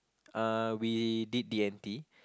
uh we did D and T